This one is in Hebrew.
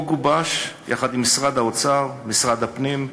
החוק גובש יחד עם משרד האוצר, עם משרד הפנים,